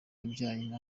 abyaye